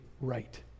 right